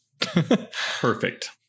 Perfect